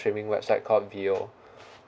streaming website called Vio